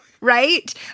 Right